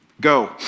Go